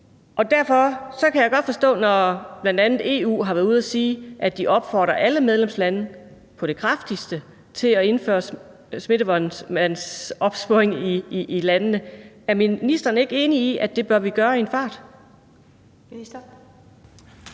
Derfor kan jeg godt forstå, når bl.a. EU har været ude at sige, at de på det kraftigste opfordrer alle medlemslande til at indføre smitteopsporing i spildevandet i landene. Er ministeren ikke enig i, at det bør vi gøre i en fart?